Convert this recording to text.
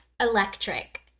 electric